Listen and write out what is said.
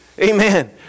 Amen